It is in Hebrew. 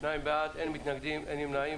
שניים בעד, אין מתנגדים, אין נמנעים.